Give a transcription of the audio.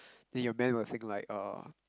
then your man will think like orh